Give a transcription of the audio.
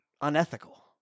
unethical